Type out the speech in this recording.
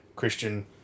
Christian